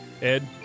Ed